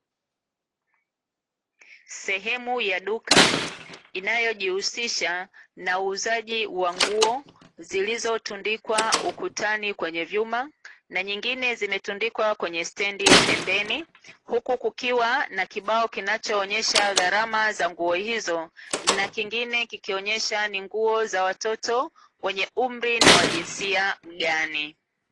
Sehemu ya duka inayojihusisha na uuzaji wa nguo zilizo tundikwa ukutani kwenye vyuma na nyingine zime tundikwa kwenye stendi pembeni, huku kukiwa na kibao kinachoonyesha gharama za nguo hizo na kingine kikionyesha ni nguo za watoto wenye umri na wa jinsia gani.